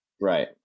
Right